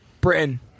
Britain